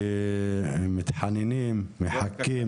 שמתחננים, מחכים.